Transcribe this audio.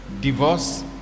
divorce